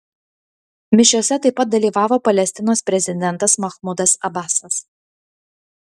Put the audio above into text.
mišiose taip pat dalyvavo palestinos prezidentas mahmudas abasas